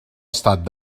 estat